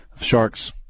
sharks